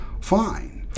fine